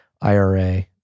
IRA